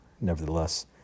nevertheless